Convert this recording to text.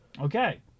okay